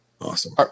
Awesome